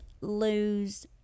lose